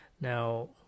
now